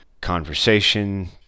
conversation